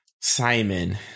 Simon